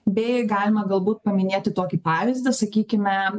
bei galima galbūt paminėti tokį pavyzdį sakykime